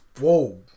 Whoa